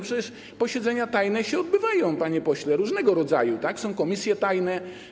Przecież posiedzenia tajne się odbywają, panie pośle, różnego rodzaju, są komisje tajne.